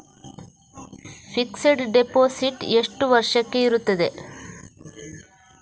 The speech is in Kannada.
ಫಿಕ್ಸೆಡ್ ಡೆಪೋಸಿಟ್ ಎಷ್ಟು ವರ್ಷಕ್ಕೆ ಇರುತ್ತದೆ?